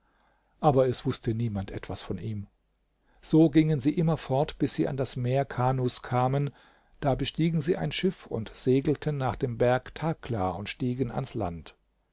aber es wußte niemand etwas von ihm so gingen sie immer fort bis sie an das meer kanus kamen da bestiegen sie ein schiff und segelten nach dem berg thakla und stiegen ans land